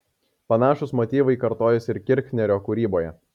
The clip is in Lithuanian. panašūs motyvai kartojosi ir kirchnerio kūryboje